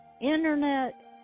internet